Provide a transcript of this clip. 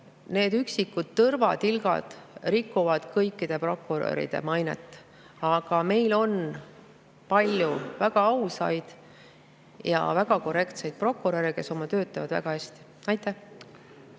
need üksikud tõrvatilgad rikuvad kõikide prokuröride mainet. Meil on ju palju väga ausaid ja väga korrektseid prokuröre, kes teevad oma tööd väga hästi. Tänan